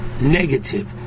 negative